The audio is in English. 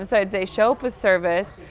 um so i'd say, show up with service.